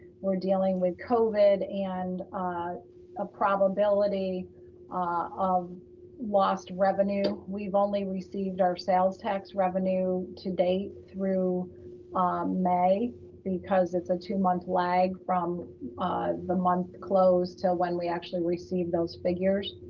we're dealing with covid and a probability ah of lost revenue. we've only received our sales tax revenue to date through may because it's a two month lag from ah the month close to when we actually received those figures.